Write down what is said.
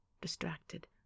distracted